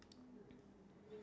thicker longer